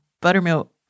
buttermilk